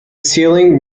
ceiling